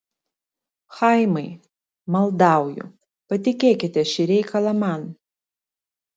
chaimai maldauju patikėkite šį reikalą man